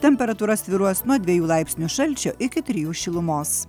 temperatūra svyruos nuo dviejų laipsnių šalčio iki trijų šilumos